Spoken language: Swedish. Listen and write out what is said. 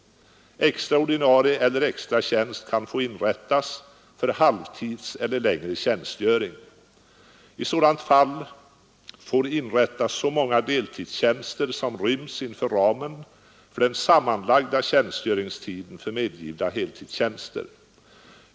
Extra ordinarie eller extra tjänst kan inrättas för halvtidseller längre tjänstgöring. I sådant fall får inrättas så många deltidstjänster som ryms inom ramen för den sammanlagda tjänstgöringstiden för medgivna heltidstjänster.